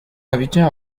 aventure